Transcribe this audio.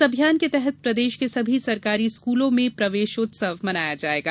इस अभियान के तहत प्रदेश के सभी सरकारी स्कूलों में प्रवेश उत्सव मनाया जाएगा